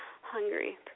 hungry